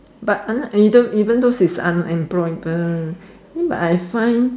but ev~ even even though she's unemployed uh eh but I find